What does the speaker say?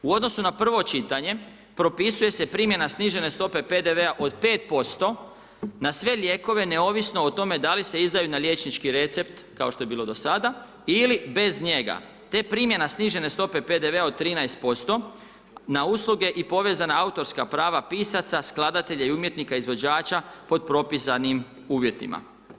U odnosu na prvo čitanje propisuje se primjena snižene stope PDV-a od 5% na sve lijekove neovisno o tome da li se izdaju na liječnički recept kao što je bilo do sada ili bez njega, te primjena snižene stope PDV-a od 13% na usluge i povezana autorska prava pisaca, skladatelja i umjetnika izvođača pod propisanim uvjetima.